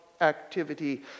activity